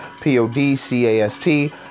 p-o-d-c-a-s-t